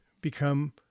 become